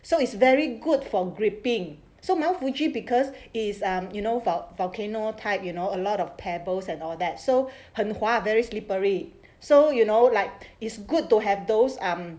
so is very good for gripping so mount fuji because is um you know about volcano type you know a lot of pebbles and all that so 很滑 very slippery so you know like it's good to have those um